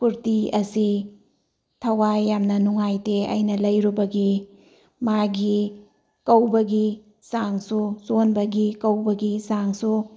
ꯀꯨꯔꯇꯤ ꯑꯁꯤ ꯊꯋꯥꯏ ꯌꯥꯝꯅ ꯅꯨꯡꯉꯥꯏꯇꯦ ꯑꯩꯅ ꯂꯩꯔꯨꯕꯒꯤ ꯃꯥꯒꯤ ꯀꯧꯕꯒꯤ ꯆꯥꯡꯁꯨ ꯆꯣꯟꯕꯒꯤ ꯀꯧꯕꯒꯤ ꯆꯥꯡꯁꯨ